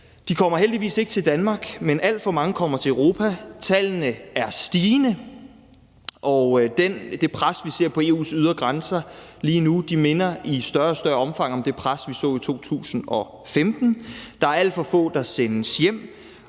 De kommer heldigvis ikke til Danmark, men alt for mange kommer til Europa. Tallene er stigende, og det pres, vi ser på EU's ydre grænser lige nu, minder i større og større omfang om det pres, vi så i 2015. Der er alt for få, der sendes hjem,